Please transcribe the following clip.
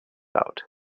out